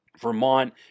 Vermont